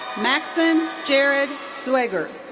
maxon jared zueger.